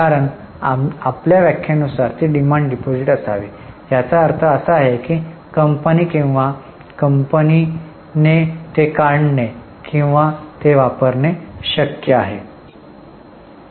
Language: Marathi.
कारण आमच्या व्याख्येनुसार ती डिमांड डिपॉझिट असावी याचा अर्थ असा की कंपनी किंवा कंपनी ने ते काढणे किंवा वापरणे शक्य आहे